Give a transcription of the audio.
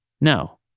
No